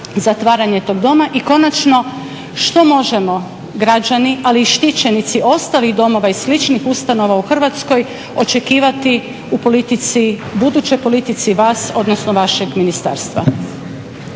zatvaranje tog doma. I konačno, što možemo građani, ali i štićenici ostalih domova i sličnih ustanova u Hrvatskoj očekivati u politici, budućoj politici vas, odnosno vašeg ministarstva?